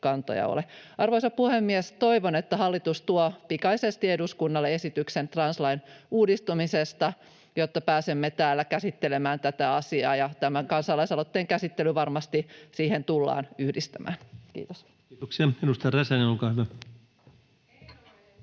kantoja ole. Arvoisa puhemies! Toivon, että hallitus tuo pikaisesti eduskunnalle esityksen translain uudistamisesta, jotta pääsemme täällä käsittelemään tätä asiaa, ja tämän kansalaisaloitteen käsittely varmasti siihen tullaan yhdistämään. — Kiitos. [Speech 225] Speaker: